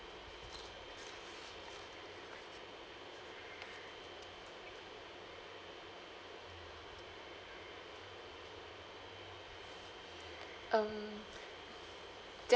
um